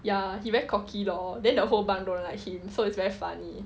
ya he very cocky lor then the whole bunk don't like him so it's very funny